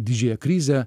didžiąją krizę